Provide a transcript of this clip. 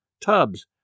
tubs